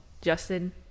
Justin